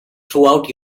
throughout